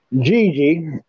Gigi